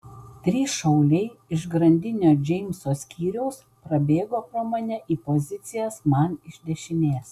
trys šauliai iš grandinio džeimso skyriaus prabėgo pro mane į pozicijas man iš dešinės